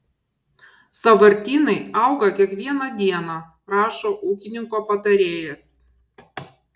sąvartynai auga kiekvieną dieną rašo ūkininko patarėjas